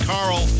Carl